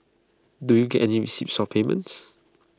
do you get any receipts for payments